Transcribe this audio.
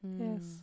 yes